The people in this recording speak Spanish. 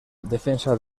defensa